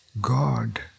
God